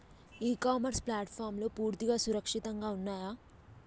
ఇ commerce ప్లాట్ఫారమ్లు పూర్తిగా సురక్షితంగా ఉన్నయా?